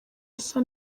asa